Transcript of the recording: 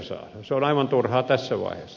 se on aivan turhaa tässä vaiheessa